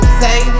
say